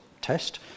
test